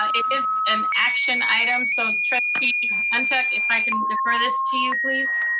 it is an action item, so trustee um ntuk, if i can defer this to you please.